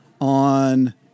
on